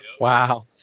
Wow